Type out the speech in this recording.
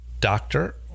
doctor